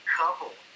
couple